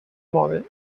mode